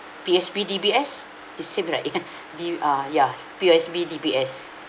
P_O_S_B D_B_S it's seem like ya D_ ah ya P_O_S_B D_B_S